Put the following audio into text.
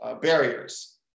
Barriers